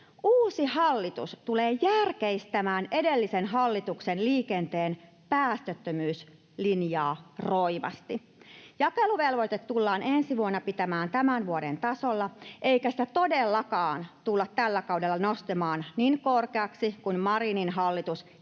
Uusi hallitus tulee järkeistämään edellisen hallituksen liikenteen päästöttömyyslinjaa roimasti. Jakeluvelvoite tullaan ensi vuonna pitämään tämän vuoden tasolla, eikä sitä todellakaan tulla tällä kaudella nostamaan niin korkeaksi kuin Marinin hallitus